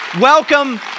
Welcome